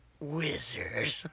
wizard